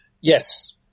Yes